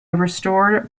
restored